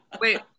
Wait